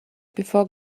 before